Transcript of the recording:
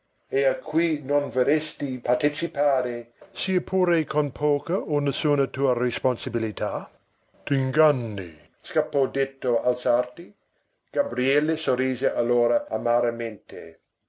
e a cui non vorresti partecipare sia pure con poca o nessuna tua responsabilità t'inganni scappò detto al sarti gabriele sorrise allora amaramente